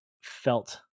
felt